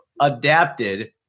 adapted